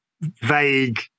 vague